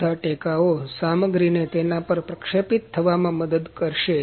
આ બધા ટેકાઓ સામગ્રીને તેના પર પ્રક્ષેપિત થવામાં મદદ કરશે